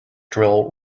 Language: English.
drill